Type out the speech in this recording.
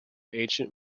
ancient